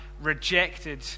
rejected